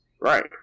Right